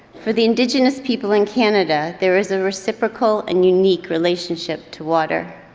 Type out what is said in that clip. for the indigenous people in canada, there is a reciprocal and unique relationship to water.